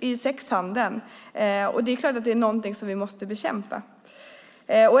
i sexhandeln. Det är klart att det är någonting som vi måste bekämpa.